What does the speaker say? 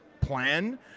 plan